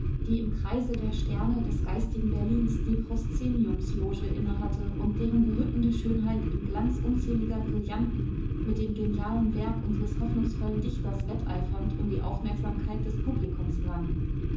die im kreise der sterne des geistigen berlins die proszeniumsloge inne hatte und deren berückende schönheit im glanz unzähliger brillanten mit dem genialen werk unseres hoffnungsvollen dichters wetteifernd um die aufmerksamkeit des publikums rang